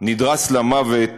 נדרס למוות